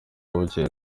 bukeye